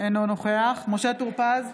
אינו נוכח משה טור פז,